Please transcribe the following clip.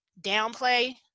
downplay